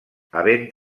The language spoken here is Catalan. havent